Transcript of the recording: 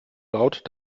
laut